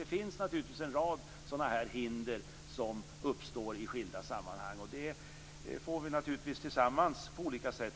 Det finns en rad hinder som kan uppstå i skilda sammanhang. Det får vi försöka motverka tillsammans på olika sätt.